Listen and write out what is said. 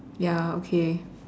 ya okay